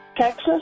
Texas